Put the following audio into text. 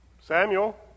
Samuel